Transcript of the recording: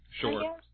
Sure